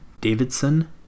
Davidson